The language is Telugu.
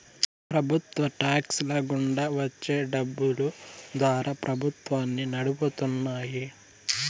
ప్రభుత్వ టాక్స్ ల గుండా వచ్చే డబ్బులు ద్వారా ప్రభుత్వాన్ని నడుపుతున్నాయి